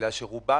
כי רובם